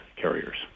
carriers